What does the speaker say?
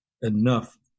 enough